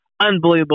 unbelievable